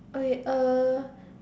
oh wait uh